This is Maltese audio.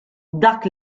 dak